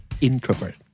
introvert